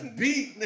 beat